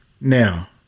now